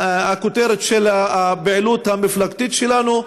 הכותרת של הפעילות המפלגתית שלנו.